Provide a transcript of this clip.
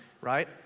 right